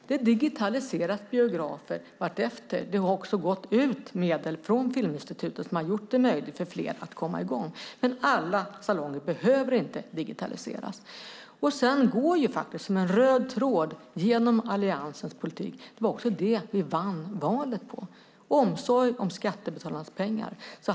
Det digitaliseras biografer vartefter. Det har gått ut medel från Filminstitutet som gjort det möjligt för fler att komma i gång. Men alla salonger behöver inte digitaliseras. Det går som en röd tråd genom Alliansens politik, det är det vi vann valet på, att visa omsorg om skattebetalarnas pengar.